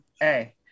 hey